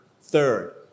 Third